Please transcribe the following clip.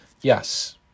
Yes